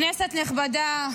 כנסת נכבדה,